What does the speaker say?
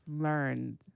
learned